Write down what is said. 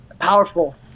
powerful